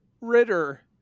Ritter